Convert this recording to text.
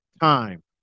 time